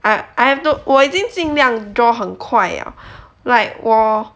I I have no 我已经尽量 draw 很快了 like 我